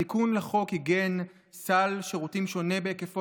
התיקון לחוק עיגן סל שירותים שונה בהיקפו